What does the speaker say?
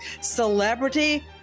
celebrity